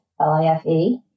L-I-F-E